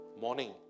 Morning